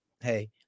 Hey